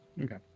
Okay